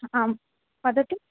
हाम् वदतु